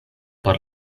por